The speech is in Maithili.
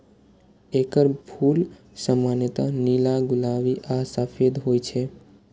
एकर फूल सामान्यतः नीला, गुलाबी आ सफेद होइ छै